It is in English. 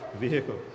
vehicles